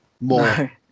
more